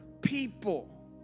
people